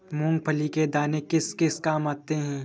मूंगफली के दाने किस किस काम आते हैं?